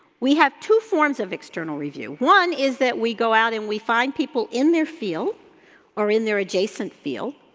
we have two forms of external review one is that we go out and we find people in their field or in their adjacent field,